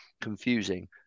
confusing